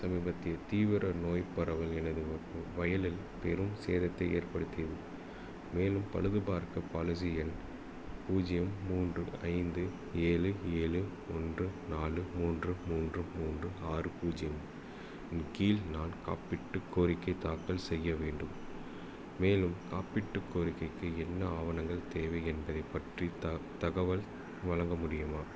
சமீபத்திய தீவிர நோய் பரவல் எனது வயலில் பெரும் சேதத்தை ஏற்படுத்தியது மேலும் பழுது பார்க்க பாலிசி எண் பூஜ்ஜியம் மூன்று ஐந்து ஏழு ஏழு ஒன்று நாலு மூன்று மூன்று மூன்று ஆறு பூஜ்ஜியம் இன் கீழ் நான் காப்பீட்டு கோரிக்கை தாக்கல் செய்ய வேண்டும் மேலும் காப்பீட்டுக் கோரிக்கைக்கு என்ன ஆவணங்கள் தேவை என்பது பற்றிய த தகவல் வழங்க முடியுமா